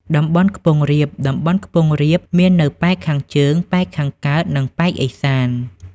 តំបន់ខ្ពង់រាប តំបន់ខ្ពង់រាបមាននៅប៉ែកខាងជើង ប៉ែកខាងកើត និងប៉ែកឦសាន ។